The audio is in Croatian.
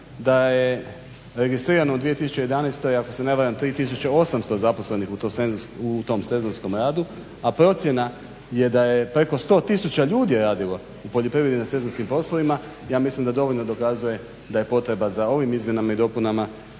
da je registrirano u 2011. ako se ne varam 3800 zaposlenih u tom sezonskom radu, a procjena je da je preko 100 tisuća ljudi radilo u poljoprivredi i na sezonskim poslovima, ja mislim da dovoljno dokazuje da je potreba za ovim izmjenama i dopunama